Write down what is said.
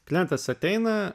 klientas ateina